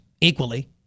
equally